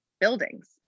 buildings